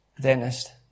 Dentist